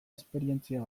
esperientzia